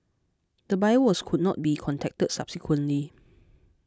the buyer was could not be contacted subsequently